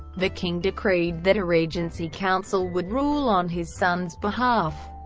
the king decreed that a regency council would rule on his son's behalf.